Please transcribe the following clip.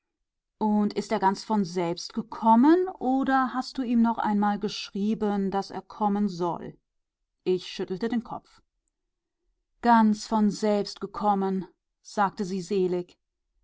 und er ist ganz von selbst gekommen oder hast du ihm noch einmal geschrieben daß er kommen soll ich schüttelte den kopf ganz von selbst gekommen sagte sie